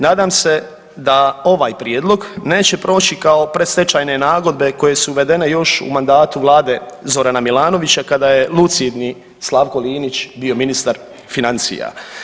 Nadam se da ovaj prijedlog neće proći kao predstečajne nagodbe koje su uvedene još u mandatu vlade Zorana Milanovića kada je lucidni Slavko Linić bio ministar financija.